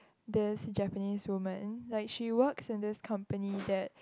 this Japanese woman like she works in this company that